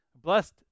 Blessed